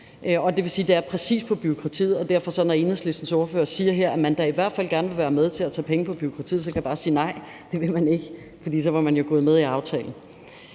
det vil sige, at de tages præcist fra bureaukratiet. Når Enhedslistens ordfører her siger, at man da i hvert fald gerne vil være med til at tage penge fra bureaukratiet, kan jeg bare sige: nej, det vil man ikke – for så var man jo gået med i aftalen.